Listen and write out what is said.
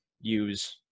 use